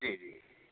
जी जी